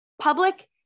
Public